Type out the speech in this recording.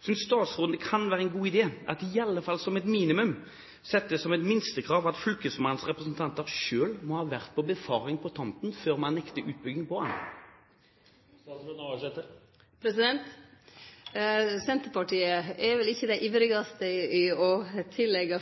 statsråden det kan være en god idé at det i alle fall som et minimum settes som et minstekrav at fylkesmannens representanter selv må ha vært på befaring på tomten før man nekter utbygging på den? Senterpartiet er vel ikkje dei ivrigaste etter å lage